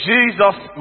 Jesus